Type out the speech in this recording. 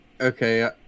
Okay